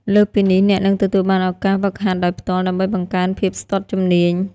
លើសពីនេះ អ្នកនឹងទទួលបានឱកាសហ្វឹកហាត់ដោយផ្ទាល់ ដើម្បីបង្កើនភាពស្ទាត់ជំនាញ។